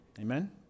Amen